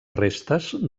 restes